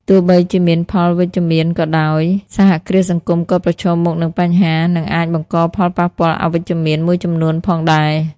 ទោះបីជាមានផលវិជ្ជមានក៏ដោយ សហគ្រាសសង្គមក៏ប្រឈមមុខនឹងបញ្ហា និងអាចបង្កផលប៉ះពាល់អវិជ្ជមានមួយចំនួនផងដែរ។